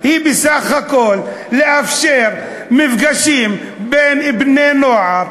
היא בסך הכול לאפשר מפגשים בין בני-נוער,